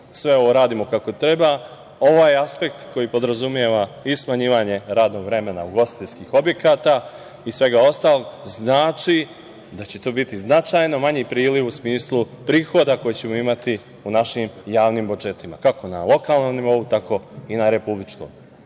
sve ovo radimo kako treba, ovaj aspekt koji podrazumeva i smanjivanje radnog vremena ugostiteljskih objekata i svega ostalog, znači da će to biti značajno manji priliv u smislu prihoda koji ćemo imati u našim javnim budžetima, kako na lokalnom nivou, tako i na republičkom.O